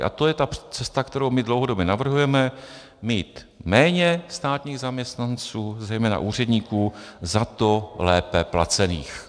A to je ta cesta, kterou my dlouhodobě navrhujeme: mít méně státních zaměstnanců, zejména úředníků, zato lépe placených.